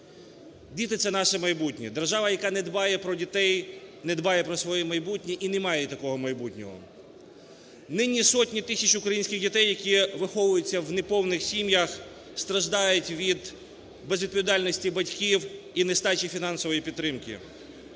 Діти – це наше майбутнє. Держава, яка не дбає про дітей, не дбає про своє майбутнє і не має такого майбутнього. Нині сотні тисяч українських дітей, які виховуються в неповних сім'ях, страждають від безвідповідальності батьків і нестачі фінансової підтримки.